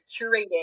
curating